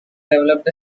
developed